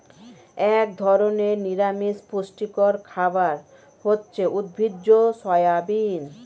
এক ধরনের নিরামিষ পুষ্টিকর খাবার হচ্ছে উদ্ভিজ্জ সয়াবিন